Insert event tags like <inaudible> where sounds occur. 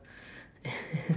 <laughs>